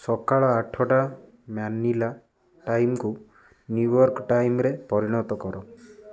ସକାଳ ଆଠଟା ମ୍ୟାନିଲା ଟାଇମ୍କୁ ନ୍ୟୁୟର୍କ୍ ଟାଇମ୍ରେ ପରିଣତ କର